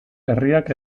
herriak